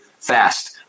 fast